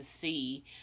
see